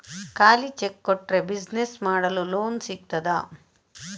ಖಾಲಿ ಚೆಕ್ ಕೊಟ್ರೆ ಬಿಸಿನೆಸ್ ಮಾಡಲು ಲೋನ್ ಸಿಗ್ತದಾ?